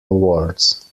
awards